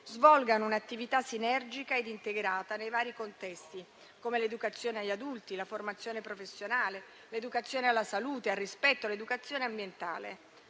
svolgano un'attività sinergica ed integrata nei vari contesti come l'educazione agli adulti, la formazione professionale, l'educazione alla salute e al rispetto, l'educazione ambientale.